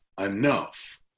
enough